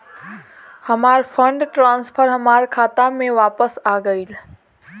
हमार fund transfer हमार खाता में वापस आ गइल